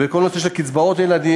וכל הנושא של קצבאות הילדים,